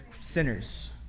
sinners